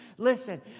Listen